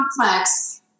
complex